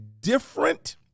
different